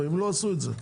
הם לא עשו את זה,